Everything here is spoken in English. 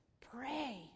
pray